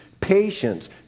patience